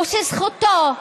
ושזכותו,